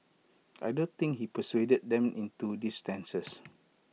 I don't think he persuaded them into these stances